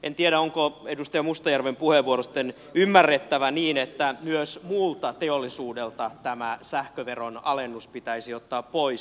en tiedä onko edustaja mustajärven puheenvuoro sitten ymmärrettävä niin että myös muulta teollisuudelta tämä sähköveron alennus pitäisi ottaa pois